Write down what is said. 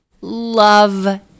love